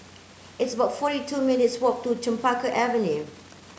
it's about forty two minutes' walk to Chempaka Avenue